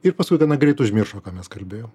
ir paskui gana greit užmiršo ką mes kalbėjom